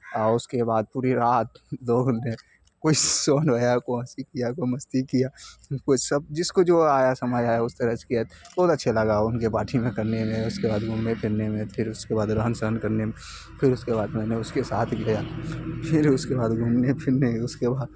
اور اس کے بعد پوری رات لوگوں نے کوئی سون گیا کوئی ہنسی کیا کوئی مستی کیا کوئی سب جس کو جو آیا سمجھ آیا اس طرح سے کیا بہت اچھے لگا ان کے پارٹی میں کرنے میں اس کے بعد گھومنے پھرنے میں پھر اس کے بعد رہن سہن کرنے میں پھر اس کے بعد میں نے اس کے ساتھ گیا پھر اس کے بعد گھومنے پھرنے اس کے بعد